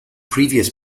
previous